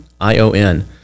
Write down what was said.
i-o-n